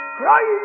cry